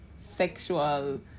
sexual